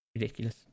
Ridiculous